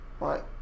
right